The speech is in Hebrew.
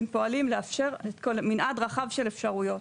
פועלים לאפשר מנעד רחב של אפשרויות,